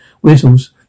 Whistles